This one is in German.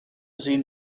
sehen